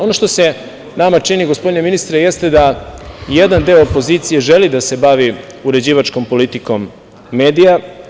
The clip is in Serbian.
Ono što se nama čini, gospodine ministre, jeste da jedan deo opozicije želi da se bavi uređivačkom politikom medija.